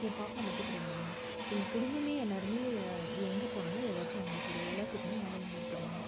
என் பாப்பா மட்டும் கிடையாதுங்க எங்கள் குடும்பமே எல்லோருமே எங்கே போனாலும் ஏதாச்சும் வாங்கிட்டு வருவோம் எல்லாத்துக்குமே ஆர்வம் இருக்குதுங்க